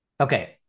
okay